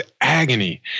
agony